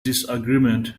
disagreement